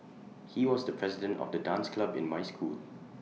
he was the president of the dance club in my school